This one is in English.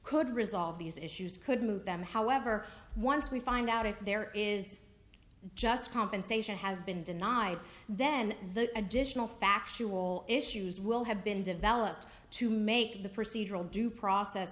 could resolve these issues could move them however once we find out if there is just compensation has been denied then the additional factual issues will have been developed to make the procedural due process